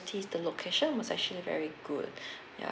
the location was actually very good ya